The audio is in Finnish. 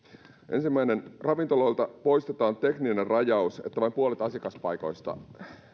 ensimmäiseksi ravintoloilta poistetaan tekninen rajaus siitä että vain puolet asiakaspaikoista